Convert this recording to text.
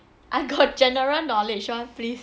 I got general knowledge [one] please